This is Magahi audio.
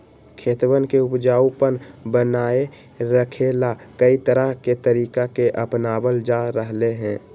खेतवन के उपजाऊपन बनाए रखे ला, कई तरह के तरीका के अपनावल जा रहले है